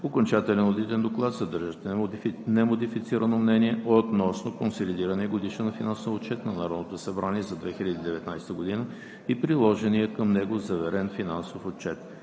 Окончателен одитен доклад, съдържащ немодифицирано мнение относно консолидирания годишен финансов отчет на Народното събрание за 2019 г. и приложения към него заверен финансов отчет.